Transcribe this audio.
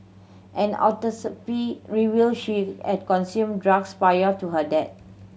an autopsy revealed she at consumed drugs prior to her death